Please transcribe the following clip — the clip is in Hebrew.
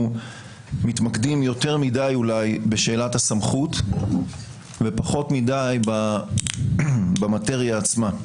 מתמקדים יותר מדי אולי בשאלת הסמכות ופחות מדי במטריה עצמה.